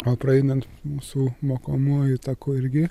o praeinant mūsų mokomuoju taku irgi